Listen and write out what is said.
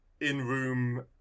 in-room